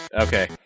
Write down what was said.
Okay